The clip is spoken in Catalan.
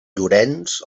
llorenç